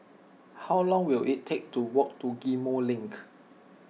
how long will it take to walk to Ghim Moh Link